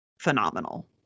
phenomenal